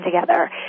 together